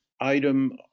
item